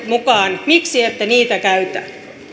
mukaan miksi ette niitä käytä